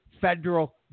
federal